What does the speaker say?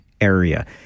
area